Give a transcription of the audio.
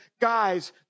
guys